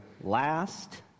last